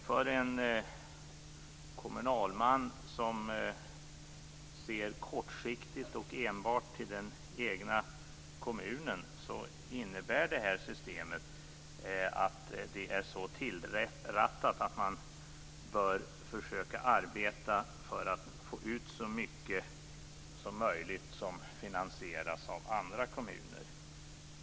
För en kommunalman som ser kortsiktigt och enbart till den egna kommunen innebär det här systemet att det är så tillrättat att man bör försöka arbeta för att få ut så mycket som möjligt som finansieras av andra kommuner.